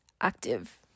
active